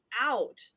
out